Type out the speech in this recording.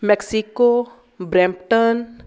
Mexico Brampton